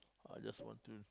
I just want to